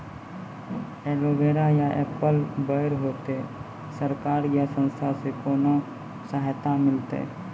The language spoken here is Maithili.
एलोवेरा या एप्पल बैर होते? सरकार या संस्था से कोनो सहायता मिलते?